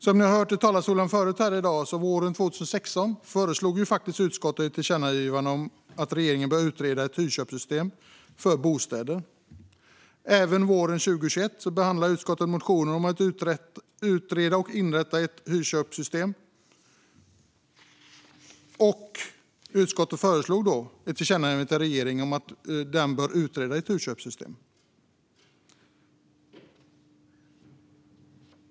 Som ni har hört härifrån talarstolen förut i dag föreslog utskottet faktiskt våren 2016 ett tillkännagivande om att regeringen bör utreda ett hyrköpssystem för bostäder. Även våren 2021 behandlade utskottet motioner om att utreda och inrätta ett hyrköpssystem. Utskottet föreslog då ett tillkännagivande till regeringen om att den bör utreda ett hyrköpssystem.